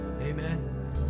Amen